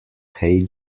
hey